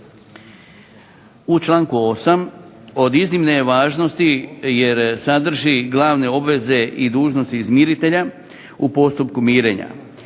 U članku 8. od iznimne je važnosti jer sadrži glavne obveze i dužnosti izmiritelja u postupku mirenja.